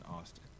Austin